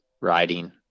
riding